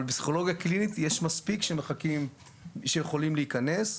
אבל בפסיכולוגיה קלינית יש מספיק שיכולים להיכנס.